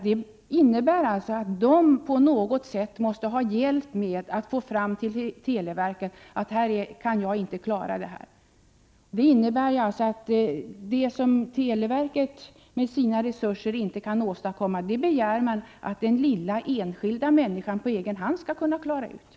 Det innebär att de på något sätt måste ha hjälp med att få fram till televerket: ”Det här kan jag inte klara!” Det som televerket med sina stora resurser inte kan åstadkomma, det begär man att den lilla enskilda människan på egen hand skall kunna klara av!